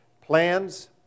Plans